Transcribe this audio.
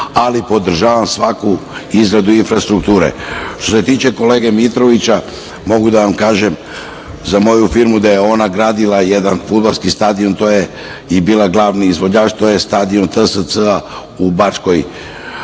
ali podržavam svaku izradu infrastrukture. Što se tiče kolege Mitrovića, mogu da vam kažem za moju firmu da je ona gradila jedan fudbalski stadion, a to je stadion TSC-a u Bačkoj